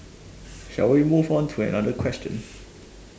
shall we move to another question